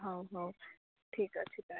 ହଉ ହଉ ଠିକ୍ ଅଛି ତା'ହେଲେ